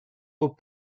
aux